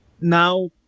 now